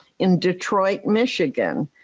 in detroit, michigan,